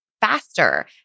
faster